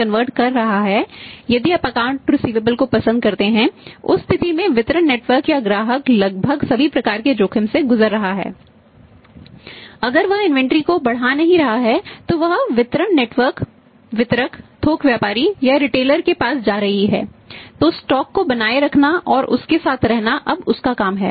credit को बनाए रखना और उसके साथ रहना अब उसका काम है